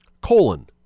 colon